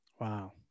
Wow